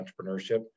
entrepreneurship